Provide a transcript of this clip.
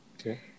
okay